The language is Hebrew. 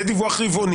זהו דיווח רבעוני,